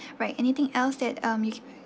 right anything else that um you